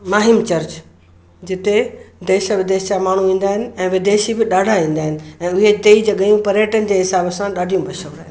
Mahim church जिते देश विदेश जा माण्हू ईंदा आहिनि ऐं विदेशी बि ॾाढा ईंदा आहिनि ऐं इहे ट्रे ई जॻहियूं पर्यटन जे हिसाबु सां ॾाढियूं मशहूरु आहिनि